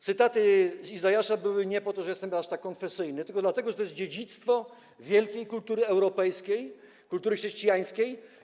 Cytaty z Izajasza były nie dlatego, że ja jestem aż tak konfesyjny, tylko dlatego, że to jest dziedzictwo wielkiej kultury europejskiej, kultury chrześcijańskiej.